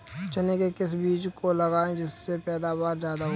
चने के किस बीज को लगाएँ जिससे पैदावार ज्यादा हो?